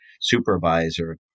supervisor